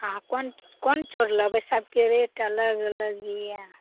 अहाँ कोन कोन चाउर लेबै सबकेँ रेट अलग अलग यऽ